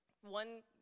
One